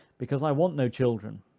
because i want no children.